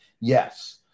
Yes